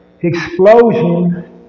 explosion